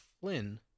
Flynn